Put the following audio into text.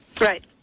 Right